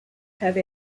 have